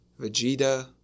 Vegeta